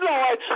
Lord